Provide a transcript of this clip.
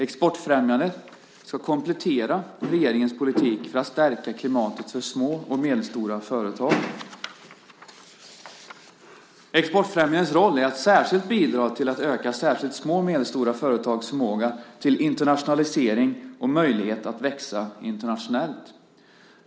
Exportfrämjandet ska komplettera regeringens politik för att stärka klimatet för små och medelstora företag. Exportfrämjandets roll är att särskilt bidra till att öka särskilt små och medelstora företags förmåga till internationalisering och möjlighet att växa internationellt.